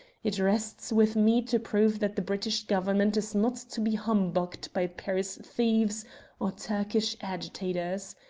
it rests with me to prove that the british government is not to be humbugged by paris thieves or turkish agitators.